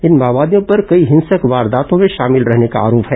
इन माओवादियों पर कई हिंसक वारदातों में शामिल रहने का आरोप है